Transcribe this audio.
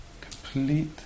complete